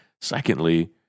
Secondly